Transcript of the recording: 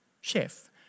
chef